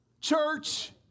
Church